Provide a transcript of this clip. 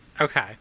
Okay